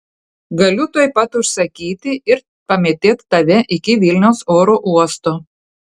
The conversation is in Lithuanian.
galiu tuoj pat užsakyti ir pamėtėt tave iki vilniaus oro uosto